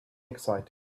excited